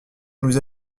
nous